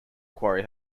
quarry